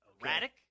Erratic